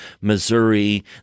Missouri